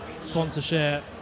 sponsorship